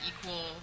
equal